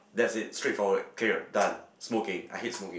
that's it straightforward clear done smoking I hate smoking